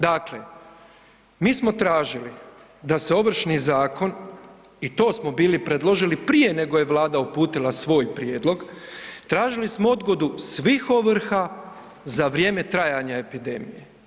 Dakle mi smo tražili da se Ovršni zakon, i to smo bili predložili prije nego je Vlada uputila svoj prijedlog, tražili smo odgodu svih ovrha za vrijeme trajanja epidemije.